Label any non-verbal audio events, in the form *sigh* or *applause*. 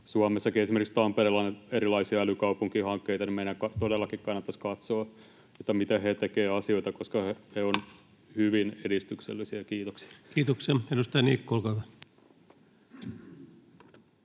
Suomessakin esimerkiksi Tampereella on erilaisia älykaupunkihankkeita, ja meidän todellakin kannattaisi katsoa, miten he tekevät asioita, *noise* koska he ovat hyvin edistyksellisiä. — Kiitoksia. [Speech 187] Speaker: